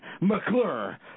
McClure